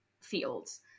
fields